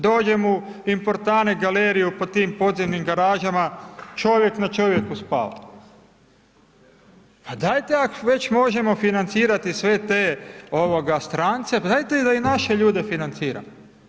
Dođem u Importane Galeriju po tim podzemnim garažama čovjek na čovjeku spava, pa dajte ako već možemo financirati sve te strance, dajete da i naše ljude financira.